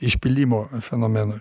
išpylimo fenomeną